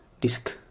disk